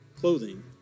clothing